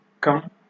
come